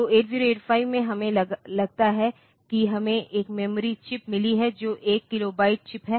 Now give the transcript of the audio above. तो 8085 से हमें लगता है कि हमें एक मेमोरी चिप मिली है जो एक किलोबाइट चिप है